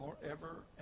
forever